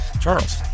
Charles